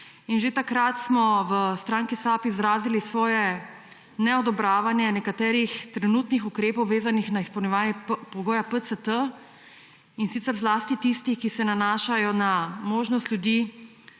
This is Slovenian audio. in že takrat smo v stranki SAB izrazili svoje neodobravanje nekaterih trenutnih ukrepov, vezanih na izpolnjevanje pogoja PCT, in sicer zlasti tistih, ki se nanašajo na nemožnost ljudi,